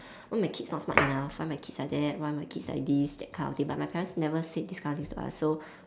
why my kids not smart enough why my kids like that why my kids like this that kind of thing but my parents never said this kind of things to us so